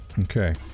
Okay